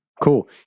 Cool